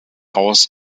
aus